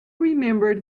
remembered